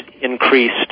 increased